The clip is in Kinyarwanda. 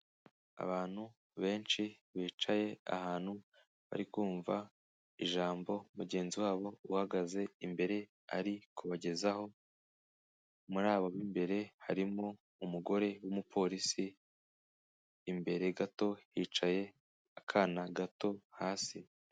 Abantu benshi bicaye ahantu bari kumva ijambo mugenzi wabo uhagaze imbere ari kubagezaho, muri abo b'imbere harimo umugore w'umupolisi, imbere gato, hicaye akana gato hasi.